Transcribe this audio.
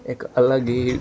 एक अलग ही